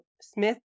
Smith